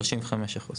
35%,